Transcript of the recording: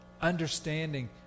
Understanding